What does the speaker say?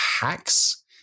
hacks